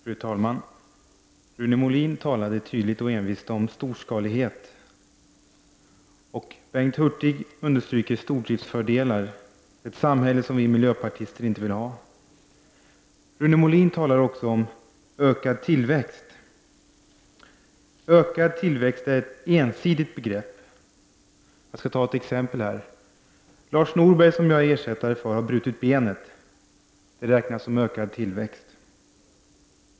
Fru talman! Rune Molin talade tydligt och envist om storskalighet, och Bengt Hurtig understryker stordriftens fördelar. Detta är ett samhälle som vi miljöpartister inte vill ha. Rune Molin talade också om ökad tillväxt. Ökad tillväxt är ett ensidigt begrepp. Jag skall ge ett exempel: Lars Norberg, som jag är ersättare för, har brutit benet. Det räknas som ökad tillväxt.